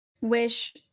wish